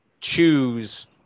choose